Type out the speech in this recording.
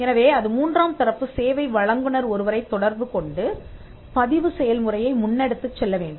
எனவே அதுமூன்றாம் தரப்பு சேவை வழங்குனர் ஒருவரைத் தொடர்பு கொண்டு பதிவு செயல்முறையை முன்னெடுத்துச் செல்லவேண்டும்